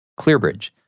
ClearBridge